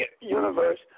universe